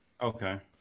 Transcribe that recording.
Okay